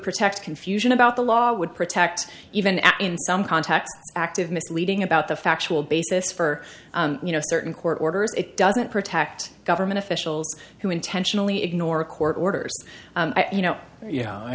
protect confusion about the law would protect even at in some contacts active misleading about the factual basis for you know certain court orders it doesn't protect government officials who intentionally ignore court orders you know